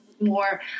more